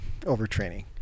overtraining